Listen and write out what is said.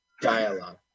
dialogue